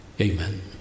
Amen